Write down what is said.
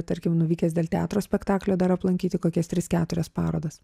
tarkim nuvykęs dėl teatro spektaklio dar aplankyti kokias tris keturias parodas